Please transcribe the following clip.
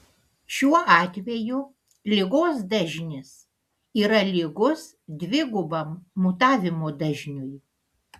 šiuo atveju ligos dažnis yra lygus dvigubam mutavimo dažniui